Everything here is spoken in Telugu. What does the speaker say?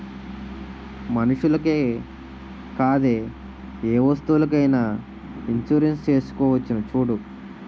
మనుషులకే కాదే ఏ వస్తువులకైన ఇన్సురెన్సు చేసుకోవచ్చును చూడూ